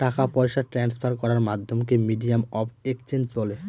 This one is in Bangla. টাকা পয়সা ট্রান্সফার করার মাধ্যমকে মিডিয়াম অফ এক্সচেঞ্জ বলে